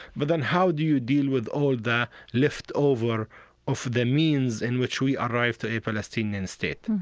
but then how do you deal with all the left over of the means in which we arrived at a palestinian state?